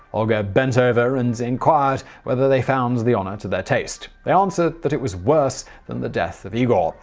olga bent over and inquired whether they found the honor to their taste. they answered that it was worse than the death of igor'.